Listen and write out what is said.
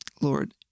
Lord